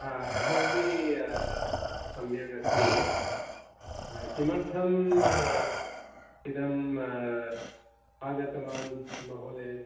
हा अहमपि सम्यगस्मि किमर्थं इदम् आगतवान् महोदय